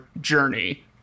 journey